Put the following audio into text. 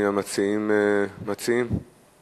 האם המציעים מסכימים?